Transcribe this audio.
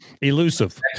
elusive